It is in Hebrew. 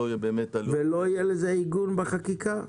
ולא יהיה לתהליך הזה עיגון בחקיקה?